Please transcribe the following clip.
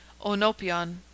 Onopion